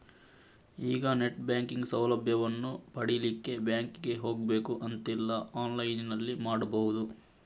ಈಗ net banking ಸೌಲಭ್ಯವನ್ನು ಪಡೀಲಿಕ್ಕೆ ಬ್ಯಾಂಕಿಗೆ ಹೋಗ್ಬೇಕು ಅಂತಿಲ್ಲ ಆನ್ಲೈನಿನಲ್ಲಿ ಮಾಡ್ಬಹುದು